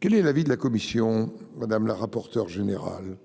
Quel est l'avis de la commission, madame la rapporteure générale.